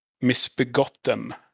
Misbegotten